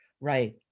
Right